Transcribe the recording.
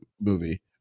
movie